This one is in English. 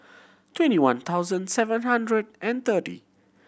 twenty one thousand seven hundred and thirty